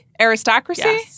aristocracy